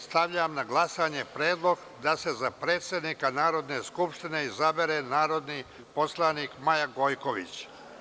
Stavljam na glasanje predlog da se za predsednika Narodne skupštine izabere narodna poslanica Maja Gojković.